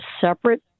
separate